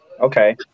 Okay